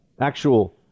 Actual